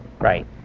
Right